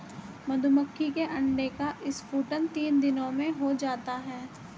मधुमक्खी के अंडे का स्फुटन तीन दिनों में हो जाता है